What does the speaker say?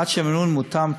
עד שהמינון מותאם,